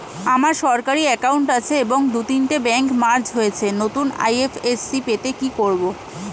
আমার সরকারি একাউন্ট আছে এবং দু তিনটে ব্যাংক মার্জ হয়েছে, নতুন আই.এফ.এস.সি পেতে কি করব?